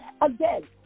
again